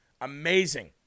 Amazing